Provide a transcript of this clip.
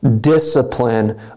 discipline